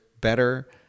better